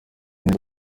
neza